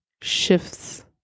shifts